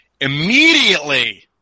immediately